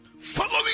following